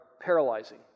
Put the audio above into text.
paralyzing